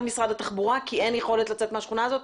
משרד התחבורה כי אין יכולת לצאת מהשכונה הזאת?